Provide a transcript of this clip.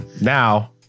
now